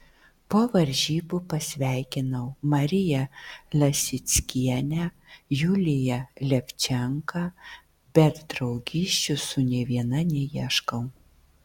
po varžybų pasveikinau mariją lasickienę juliją levčenką bet draugysčių su nė viena neieškau